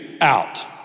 out